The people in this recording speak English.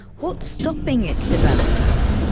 what's stopping its development?